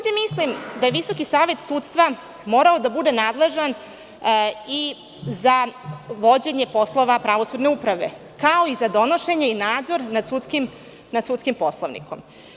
Mislim da je Visoki savet sudstva morao da bude nadležan i za vođenje poslova pravosudne uprave, kao i za donošenje i nadzor nad sudskim poslovnikom.